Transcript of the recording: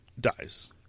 dies